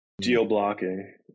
geo-blocking